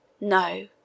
No